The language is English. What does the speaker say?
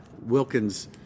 Wilkins